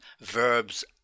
verbs